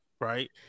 right